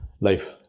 life